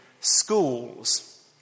schools